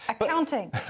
Accounting